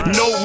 no